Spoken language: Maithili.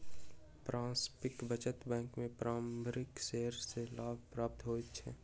पारस्परिक बचत बैंक में पारस्परिक शेयर सॅ लाभ प्राप्त होइत अछि